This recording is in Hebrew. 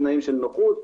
תנאים של נוחות,